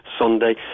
Sunday